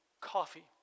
coffee